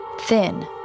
thin